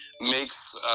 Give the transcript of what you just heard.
makes